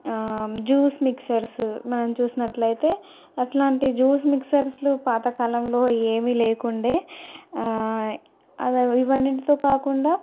juice mixers మనం చూసినట్లయితే అట్లాంటి జ్యూస్ మిక్సర్స్లు పాతకాలంలో ఏమీ లేకుండే అవేవి ఇవన్నింటితో కాకుండా